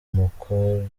mukorera